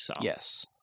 yes